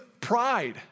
pride